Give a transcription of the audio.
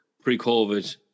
pre-covid